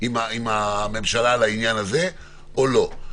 עם הממשלה על העניין הזה או לא.